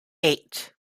eight